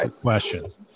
questions